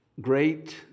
great